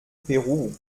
peru